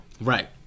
Right